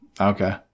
Okay